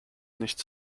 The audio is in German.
nichts